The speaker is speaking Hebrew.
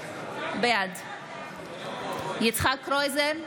בעד יצחק קרויזר,